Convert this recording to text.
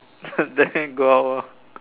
then go out lor